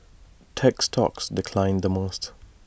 tech stocks declined the most